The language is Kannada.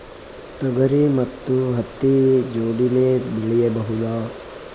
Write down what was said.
ತೊಗರಿ ಮತ್ತು ಹತ್ತಿ ಜೋಡಿಲೇ ಬೆಳೆಯಬಹುದಾ?